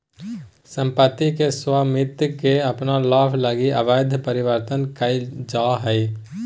सम्पत्ति के स्वामित्व के अपन लाभ लगी अवैध परिवर्तन कइल जा हइ